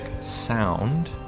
sound